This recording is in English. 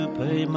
pay